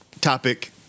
topic